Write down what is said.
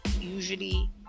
usually